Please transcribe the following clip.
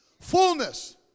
fullness